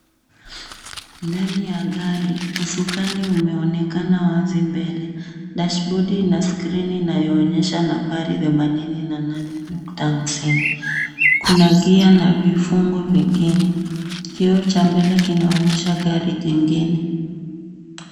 Ndani ya gari, usukani umeonekana wazi mbele, dashibodi na skrini inayoonyesha nambari 88.50. Kuna gia na vifungo vingine. Kioo cha mbele kinaonyesha gari jingine.